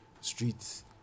streets